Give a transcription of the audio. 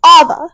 Ava